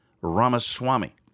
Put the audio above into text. Ramaswamy